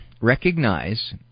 recognize